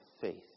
faith